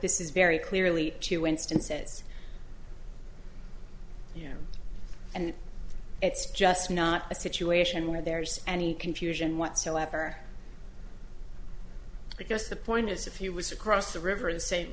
this is very clearly two instances you know and it's just not a situation where there's any confusion whatsoever because the point is if he was across the river in st